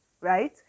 right